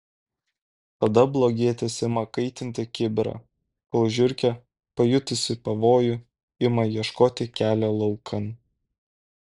tada blogietis ima kaitinti kibirą kol žiurkė pajutusi pavojų ima ieškoti kelio laukan